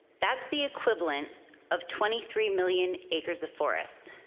that's the equivalent of twenty three million acres of forest.